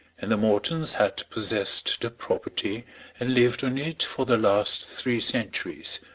and the mortons had possessed the property and lived on it for the last three centuries.